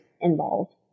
involved